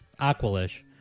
aqualish